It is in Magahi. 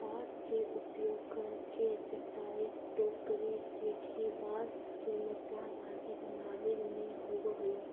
बाँस के उपयोग करके चटाई, टोकरी, सीढ़ी, बाँस के मचान आदि बनावे में होवऽ हइ